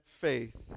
faith